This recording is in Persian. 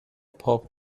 پاپ